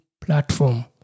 platform